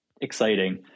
exciting